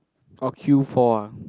orh queue for ah